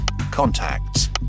contacts